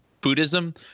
Buddhism